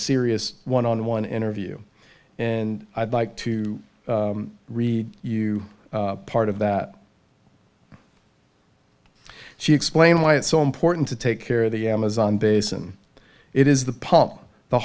serious one on one interview and i'd like to read you part of that she explained why it's so important to take care of the amazon basin it is the